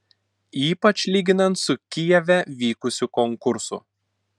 ypač lyginant su kijeve vykusiu konkursu